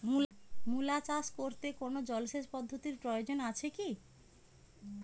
মূলা চাষ করতে কোনো জলসেচ পদ্ধতির প্রয়োজন আছে কী?